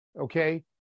Okay